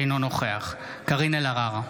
אינו נוכח קארין אלהרר,